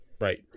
Right